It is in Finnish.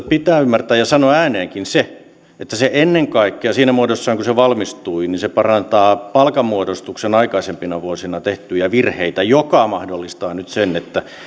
pitää ymmärtää ja sanoa ääneenkin se että se ennen kaikkea siinä muodossaan kuin se valmistui parantaa palkanmuodostuksen aikaisempina vuosina tehtyjä virheitä mikä mahdollistaa nyt sen että